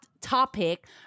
topic